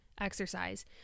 exercise